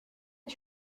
est